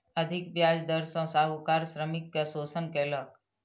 अधिक ब्याज दर सॅ साहूकार श्रमिक के शोषण कयलक